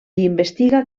investiga